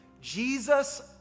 Jesus